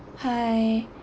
hi